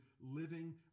living